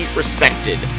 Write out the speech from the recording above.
respected